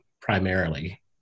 primarily